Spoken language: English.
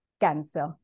cancer